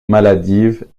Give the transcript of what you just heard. maladive